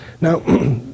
Now